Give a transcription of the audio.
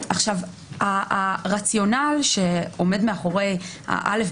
הרציונל שעומד מאחורי א,